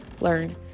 Learn